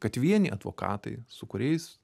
kad vieni advokatai su kuriais